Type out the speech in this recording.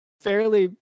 fairly